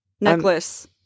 necklace